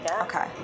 Okay